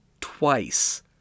twice